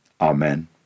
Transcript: Amen